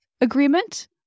agreement